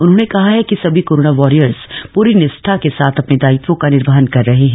उन्होंने कहा है कि सभी कोरोना वारियर्स पूरी निष्ठा के साथ अपने दायित्वों का निर्वहन कर रहे हैं